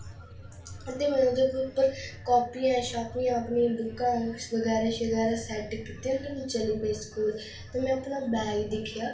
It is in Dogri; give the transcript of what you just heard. ते में ओह्दे पर अपनियां बुक्कां कापियां अपनियां बुक्कां बगैरा सेट कीतियां ते चली पे स्कूल ते जेल्लै में बैग दिक्खेआ